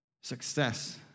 Success